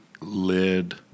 lid